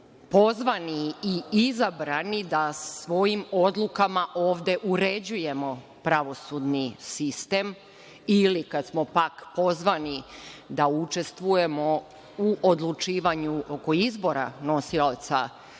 pozvani i izabrani da svojim odlukama ovde uređujemo pravosudni sistem, ili kada smo pak pozvani da učestvujemo u odlučivanju oko izbora nosioca